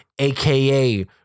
aka